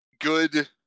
good